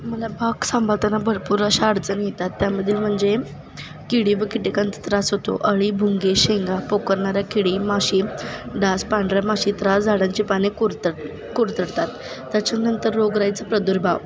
मला बाग सांभाळताना भरपूर अशा अडचणी येतात त्यामध्ये म्हणजे किडी व कीटकांचा त्रास होतो अळी भुंगे शेंगा पोखरणाऱ्या किडी माशी डास पांढऱ्या माशी त्रास झाडांची पाणी कुरतर कुरतडतात त्याच्यानंतर रोगराईचं प्रादुर्भाव